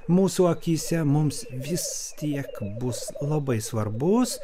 mūsų akyse mums vis tiek bus labai svarbus